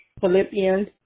Philippians